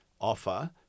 offer